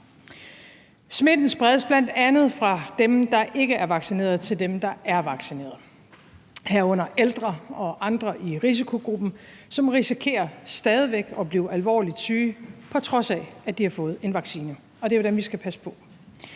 Smitten spredes bl.a. fra dem, der ikke er vaccineret, til dem, der er vaccineret, herunder ældre og andre i risikogruppen, som stadig væk risikerer at blive alvorligt syge, på trods af at de har fået en vaccine. Og det er jo dem, vi skal passe på.